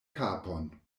kapon